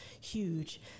huge